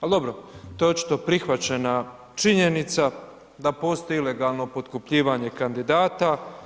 Ali, dobro, to je očito prihvaćena činjenica da postoji ilegalno potkupljivanje kandidata.